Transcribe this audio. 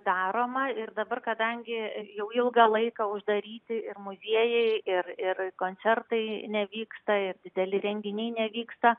daroma ir dabar kadangi jau ilgą laiką uždaryti ir muziejai ir ir koncertai nevyksta ir dideli renginiai nevyksta